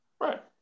Right